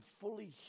fully